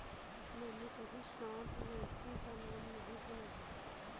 मैंने कभी सांप लौकी का नाम नहीं सुना है